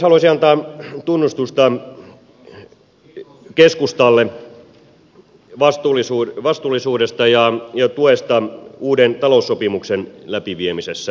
haluaisin antaa tunnustusta keskustalle vastuullisuudesta ja tuesta uuden taloussopimuksen läpiviemisessä